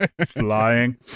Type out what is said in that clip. flying